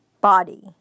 body